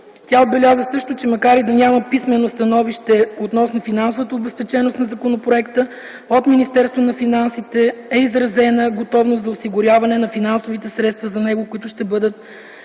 Тя отбеляза също, че макар и да няма писмено становище относно финансовата обезпеченост на законопроекта, от Министерството на финансите е изразена готовност за осигуряване на финансови средства за него, които ще бъдат